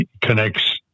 connects